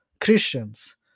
Christians